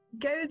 goes